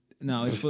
No